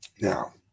now